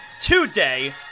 today